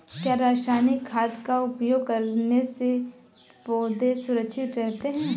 क्या रसायनिक खाद का उपयोग करने से पौधे सुरक्षित रहते हैं?